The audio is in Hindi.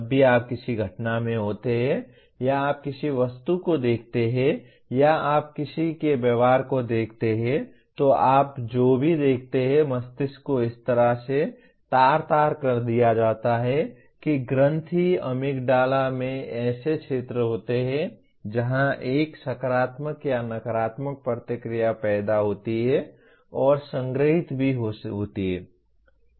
जब भी आप किसी घटना में होते हैं या आप किसी वस्तु को देखते हैं या आप किसी के व्यवहार को देखते हैं तो आप जो भी देखते हैं मस्तिष्क को इस तरह से तार तार कर दिया जाता है कि ग्रंथि अमिग्डाला में ऐसे क्षेत्र होते हैं जहां एक सकारात्मक या नकारात्मक प्रतिक्रिया पैदा होती है और संग्रहीत भी होती है